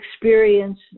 experience